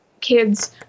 kids